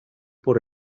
por